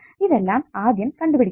ഇതെല്ലം ആദ്യം കണ്ടുപിടിക്കണം